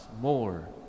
more